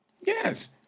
Yes